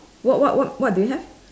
what what what what do you have